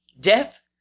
death